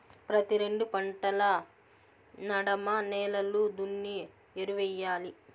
ప్రతి రెండు పంటల నడమ నేలలు దున్ని ఎరువెయ్యాలి